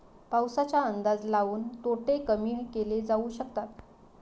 पाऊसाचा अंदाज लाऊन तोटे कमी केले जाऊ शकतात